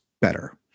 better